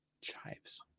chives